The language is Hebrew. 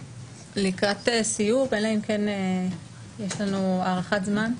לקראת סיום, אלא אם כן יש לנו הארכת זמן?